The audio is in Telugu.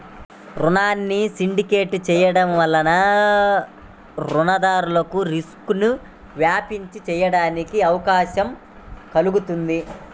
రుణాన్ని సిండికేట్ చేయడం వలన రుణదాతలు రిస్క్ను వ్యాప్తి చేయడానికి అవకాశం కల్గుతుంది